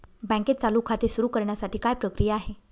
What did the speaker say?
बँकेत चालू खाते सुरु करण्यासाठी काय प्रक्रिया आहे?